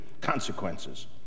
consequences